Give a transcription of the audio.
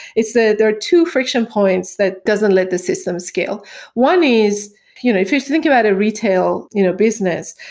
is that there are two friction points that doesn't let the system scale. one is you know if you're thinking about a retail you know business,